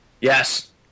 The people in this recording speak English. Yes